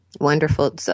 Wonderful